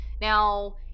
Now